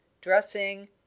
dressing